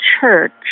church